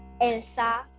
Elsa